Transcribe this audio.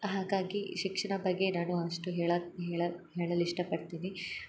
ಹಾಗಾಗಿ ಶಿಕ್ಷಣ ಬಗ್ಗೆ ನಾನು ಅಷ್ಟು ಹೇಳ ಹೇಳ ಹೇಳಲು ಇಷ್ಟಪಡ್ತೀನಿ